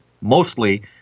mostly